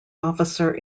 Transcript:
officer